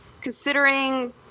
Considering